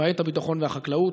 למעט הביטחון והחקלאות?